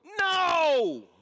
no